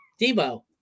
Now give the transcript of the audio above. Debo